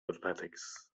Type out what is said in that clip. athletics